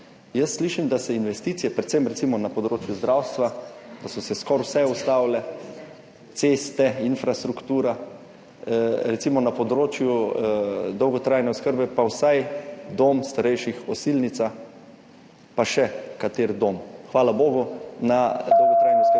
jaz slišim, da se investicije predvsem recimo na področju zdravstva, da so se skoraj vse ustavile, ceste, infrastruktura, recimo na področju dolgotrajne oskrbe, pa vsaj dom starejših, Osilnica, pa še kateri dom. Hvala bogu, na dolgotrajni oskrbi